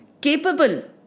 capable